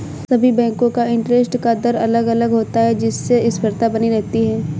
सभी बेंको का इंटरेस्ट का दर अलग अलग होता है जिससे स्पर्धा बनी रहती है